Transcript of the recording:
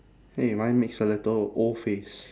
!hey! mine makes a little O face